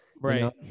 right